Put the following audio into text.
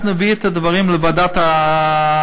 אנחנו נביא את הדברים לוועדת הכנסת,